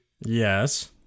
Yes